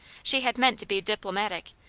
she had meant to be diplomatic,